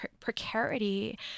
precarity